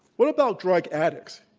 what about drug addicts?